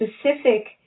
specific